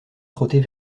trotter